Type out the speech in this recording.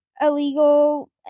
illegal